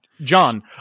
John